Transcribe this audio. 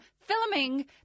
filming